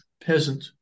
peasant